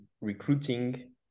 recruiting